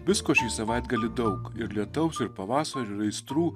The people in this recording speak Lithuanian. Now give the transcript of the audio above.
visko šį savaitgalį daug ir lietaus ir pavasario ir aistrų